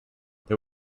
they